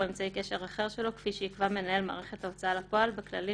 אמצעי קשר אחר שלו כפי שיקבע מנהל מערכת ההוצאה לפועל בכללים